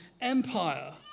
empire